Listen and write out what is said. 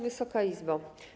Wysoka Izbo!